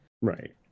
Right